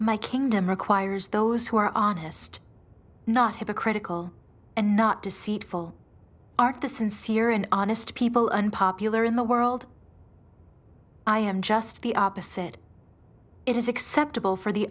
my kingdom requires those who are honest not hypocritical and not deceitful are the sincere and honest people unpopular in the world i am just the opposite it is acceptable for the